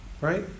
right